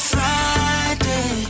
Friday